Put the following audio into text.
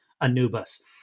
Anubis